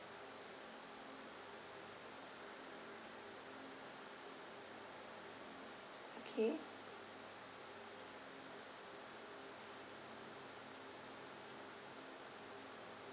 okay